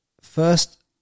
first